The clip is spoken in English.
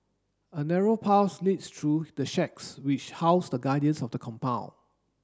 a narrow path leads through the shacks which house the guardians of the compound